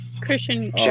Christian